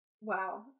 wow